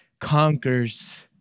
conquers